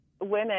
women